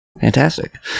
Fantastic